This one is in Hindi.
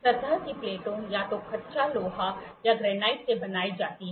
सतह की प्लेटें या तो कच्चा लोहा या ग्रेनाइट से बनाई जाती हैं